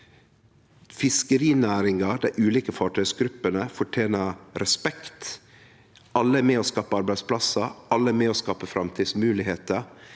Fiskerinæringa, dei ulike fartøygruppene, fortener respekt. Alle er med på å skape arbeidsplassar, alle er med på å skape framtidsmoglegheiter.